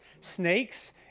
snakes